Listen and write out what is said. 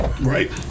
Right